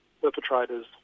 perpetrators